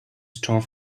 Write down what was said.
store